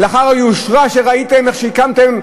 לאחר היושרה שהראיתם, איך שהקמתם,